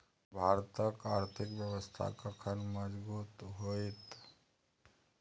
भारतक आर्थिक व्यवस्था कखन मजगूत होइत?